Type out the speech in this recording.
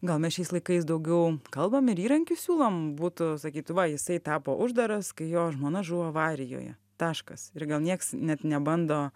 gal mes šiais laikais daugiau kalbam ir įrankių siūlom būtų sakytų va jisai tapo uždaras kai jo žmona žuvo avarijoje taškas ir gal nieks net nebando